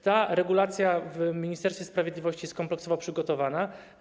Ta regulacja w Ministerstwie Sprawiedliwości została kompleksowo przygotowana.